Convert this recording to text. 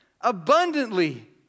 abundantly